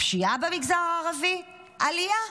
הפשיעה במגזר הערבי, עלייה,